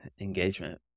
engagement